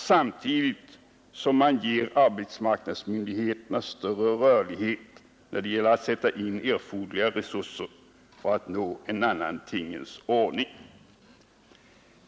Samtidigt ger det arbetsmarknadsmyndigheterna större rörlighet när det gäller att sätta in erforderliga resurser för att nå en annan tingens ordning.